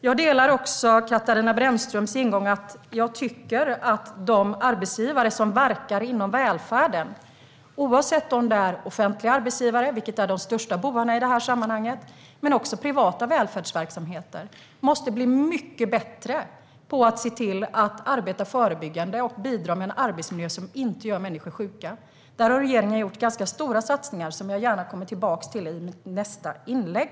Jag delar också Katarina Brännströms ståndpunkt att de arbetsgivare som verkar inom välfärden, oavsett om det är offentliga arbetsgivare, som ju är de största bovarna i de här sammanhangen, eller privata välfärdsverksamheter, måste bli mycket bättre på att arbeta förebyggande och bidra med en arbetsmiljö som inte gör människor sjuka. Där har regeringen gjort ganska stora satsningar som jag gärna återkommer till i nästa inlägg.